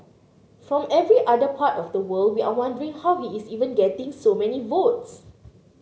from every other part of the world we are wondering how he is even getting so many votes